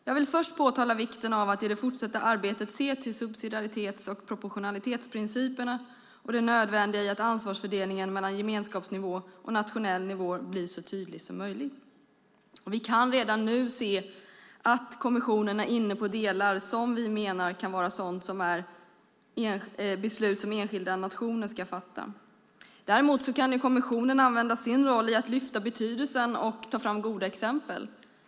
Jag vill först påtala vikten av att i det fortsatta arbetet se till subsidiaritets och proportionalitetsprinciperna och det nödvändiga i att ansvarsfördelningen mellan gemenskapsnivå och nationell nivå blir så tydlig som möjligt. Vi kan redan nu se att kommissionen är inne på delar som vi menar kan vara sådana beslut som enskilda nationer ska fatta. Däremot kan kommissionen använda sin roll i att lyfta fram betydelsen och ta fram goda exempel.